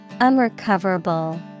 Unrecoverable